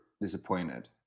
disappointed